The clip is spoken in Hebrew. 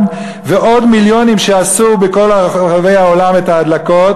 ועוד מיליונים שעשו בכל רחבי העולם את ההדלקות,